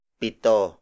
pito